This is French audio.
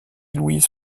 louise